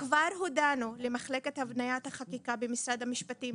כבר הודענו למחלקת הבניית החקיקה במשרד המשפטים